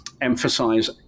emphasize